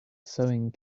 sewing